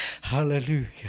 hallelujah